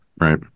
right